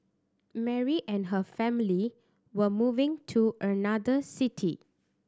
Mary and her family were moving to another city